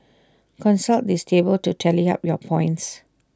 consult this table to tally up your points